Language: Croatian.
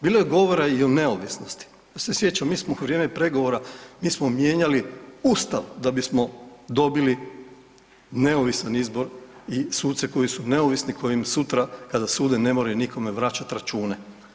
Bilo je govora i o neovisnosti, ja se sjećam mi smo u vrijeme pregovora mi smo mijenjali Ustav da bismo dobili neovisan izbor i suce koji su neovisni kojim sutra kada sude ne moraju nikom vraćat račune.